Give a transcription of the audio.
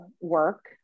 work